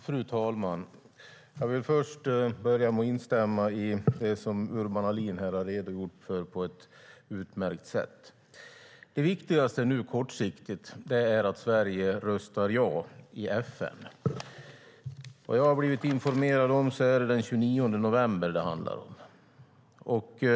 Fru talman! Jag vill börja med att instämma i det som Urban Ahlin här redogjort för på ett utmärkt sätt. Det viktigaste nu kortsiktigt är att Sverige röstar ja i FN. Jag har blivit informerad om att det är den 29 november det handlar om.